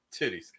Titties